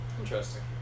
Interesting